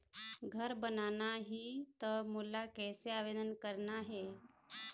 घर बनाना ही त मोला कैसे आवेदन करना हे?